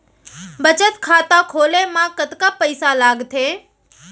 बचत खाता खोले मा कतका पइसा लागथे?